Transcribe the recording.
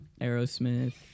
Aerosmith